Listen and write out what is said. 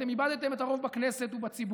אתם איבדתם את הרוב בכנסת ובציבור.